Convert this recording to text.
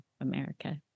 America